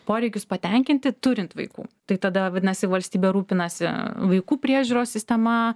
poreikius patenkinti turint vaikų tai tada vadinasi valstybė rūpinasi vaikų priežiūros sistema